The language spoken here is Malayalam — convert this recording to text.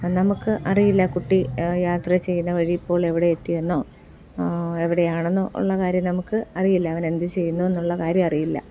നമുക്ക് അറിയില്ല കുട്ടി യാത്ര ചെയ്യുന്ന വഴി ഇപ്പോൾ എവിടെ എത്തിയെന്നോ എവിടെയാണെന്നോ ഉള്ള കാര്യം നമുക്ക് അറിയില്ല അവരെ എന്ത് ചെയ്യുന്നു എന്നുള്ള കാര്യം അറിയില്ല